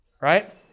Right